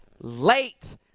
late